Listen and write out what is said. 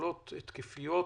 ביכולות התקפיות,